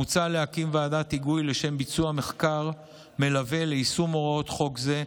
מוצע להקים ועדת היגוי לשם ביצוע מחקר מלווה ליישום הוראות חוק זה,